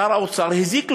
שר האוצר הזיק לו.